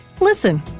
Listen